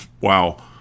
wow